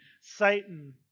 Satan